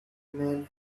men